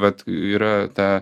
vat yra ta